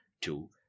Two